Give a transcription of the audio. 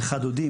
"לך דודי",